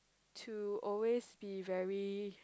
to always be very